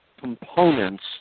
components